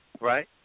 right